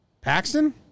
Paxton